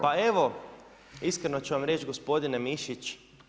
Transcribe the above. Pa evo, iskreno ću vam reći gospodine Mišić.